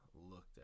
looked